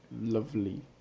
lovely